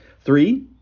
three